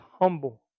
humble